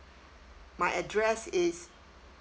my address is